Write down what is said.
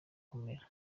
kumera